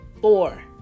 four